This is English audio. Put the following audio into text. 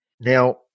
Now